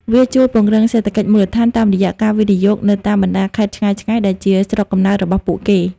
វាជួយពង្រឹង "សេដ្ឋកិច្ចមូលដ្ឋាន" តាមរយៈការវិនិយោគនៅតាមបណ្ដាខេត្តឆ្ងាយៗដែលជាស្រុកកំណើតរបស់ពួកគេ។